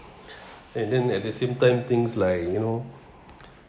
and then at the same time things like you know